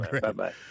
Bye-bye